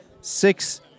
six